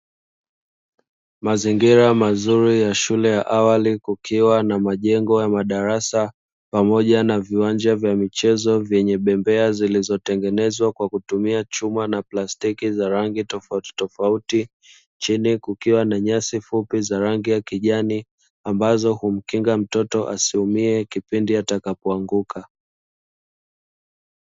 Mazingira mazuri ya shule ya awali kukiwa na majengo ya madarasa pamoja na viwanja vya michezo vyenye bembea zilizotengenezwa kwa kutumia chuma na plastiki za rangi tofautitofauti. Chini kukiwa na majani fupi za rangi ya kijani ambazo humkinga mtoto asiumie kipindi atakapoanguka.